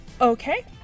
Okay